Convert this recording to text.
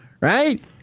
right